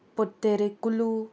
पोत्तेरे Kullu